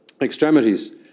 extremities